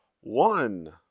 one